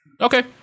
Okay